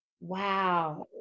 Wow